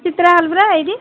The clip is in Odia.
ଚିତ୍ରା ହଲ୍ ବା ଏଇଠି